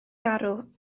garw